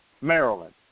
Maryland